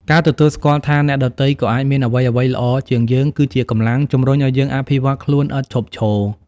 ការទទួលស្គាល់ថាអ្នកដទៃក៏អាចមានអ្វីៗល្អជាងយើង គឺជា កម្លាំងជំរុញឲ្យយើងអភិវឌ្ឍខ្លួន ឥតឈប់ឈរ។